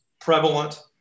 prevalent